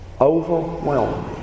overwhelming